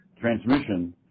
transmission